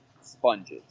sponges